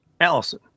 Allison